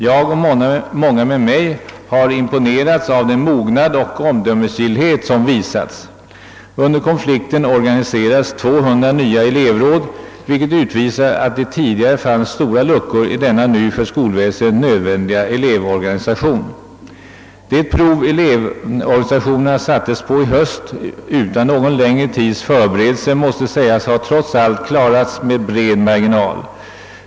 Jag och många med mig har imponerats av den mognad och omdömesgillhet som visats. Under konflikten organiserades 200 nya elevråd, vilket visar att det tidigare fanns stora luckor i denna nu för skolväsendet nödvändiga elevorganisation. Det prov elevorganisationerna sattes på i höst utan någon längre tids förberedelse måste man säga att det trots allt klarat med bred marginal.